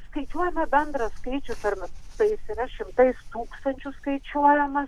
skaičiuojame bendrą skaičių per tai jis yra šimtai tūkstančių skaičiuojamas